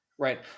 Right